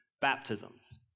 baptisms